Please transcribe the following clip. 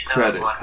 Credit